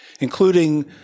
including